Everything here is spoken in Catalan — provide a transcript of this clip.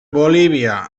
bolívia